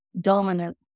dominant